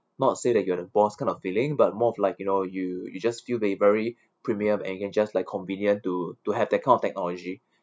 not say that you are the boss kind of feeling but more of like you know you you just feel very very premium and you can just like convenient to to have that kind of technology